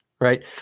right